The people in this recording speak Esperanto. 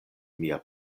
mia